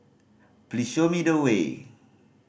please show me the way